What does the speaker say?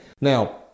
Now